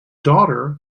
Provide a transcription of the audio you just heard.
daughter